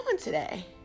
today